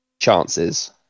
chances